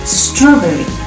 strawberry